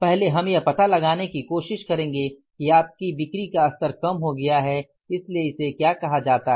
पहले हम यह पता लगाने की कोशिश करेंगे कि आपकी बिक्री का स्तर कम हो गया है इसलिए इसे कहा जाता है